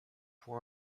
pour